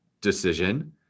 decision